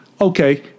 Okay